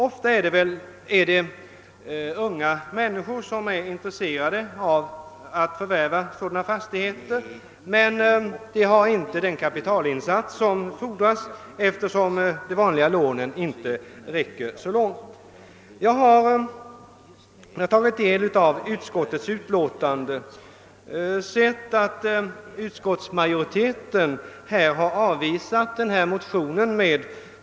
Det är i många fall unga människor som är intresserade av att förvärva sådana fastigheter, men de har ofta inte medel till den kapitalinsats som fordras härför, eftersom de vanliga lånen inte räcker så långt. Utskottsmajoriteten har i sitt utlåtande på tre rader avvisat motionens krav.